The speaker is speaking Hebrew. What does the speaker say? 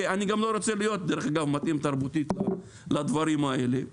אני גם לא רוצה להיות מתאים תרבותית לדברים האלה,